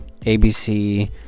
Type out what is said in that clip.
abc